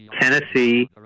Tennessee